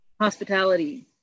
Hospitality